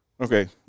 Okay